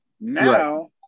Now